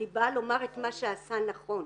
אני באה לומר את מה שעשה נכון.